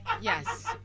Yes